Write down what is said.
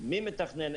מי מתכנן,